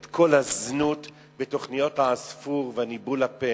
את כל הזנות בתוכניות "עספור" וניבול הפה,